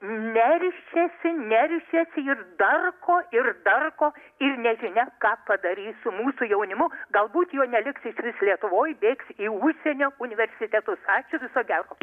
neršiasi neršiasi ir darko ir darko ir nežinia ką padarys su mūsų jaunimu galbūt jo neliks išvis lietuvoj bėks į užsienio universitetus ačiū viso gero